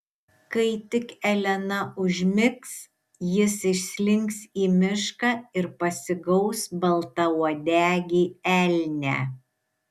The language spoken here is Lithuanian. kai tik elena užmigs jis išslinks į mišką ir pasigaus baltauodegį elnią